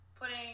Putting